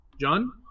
John